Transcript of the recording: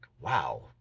wow